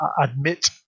admit